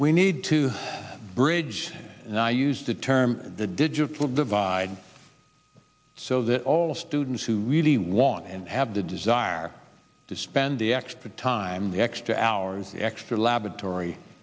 we need to bridge and i used the term the digital divide so that all students who really want and have the desire to spend the extra time the extra hours extra laboratory